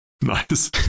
Nice